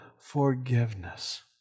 forgiveness